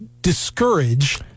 discourage